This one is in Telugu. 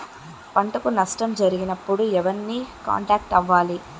పంటకు నష్టం జరిగినప్పుడు ఎవరిని కాంటాక్ట్ అవ్వాలి?